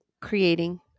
creating